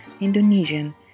Indonesian